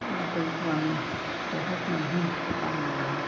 বাতৰিটো আমি বহুত মানুহে ভাল পায় আমাৰ গাঁৱত